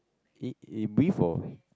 it it with for